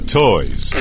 toys